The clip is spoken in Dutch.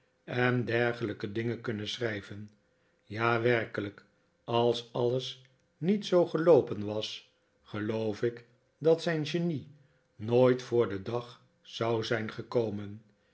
en dergelijke dingen kunnen schrijven ja werkelijk als alles niet zoo geloopen was geloof ik dat zijn genie nooit voor den dag zou zijn gekomen